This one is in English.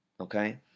okay